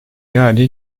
yani